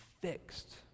fixed